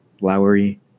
Lowry